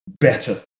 better